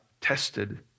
tested